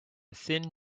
thin